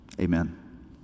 Amen